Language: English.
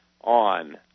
on